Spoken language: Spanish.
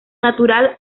natural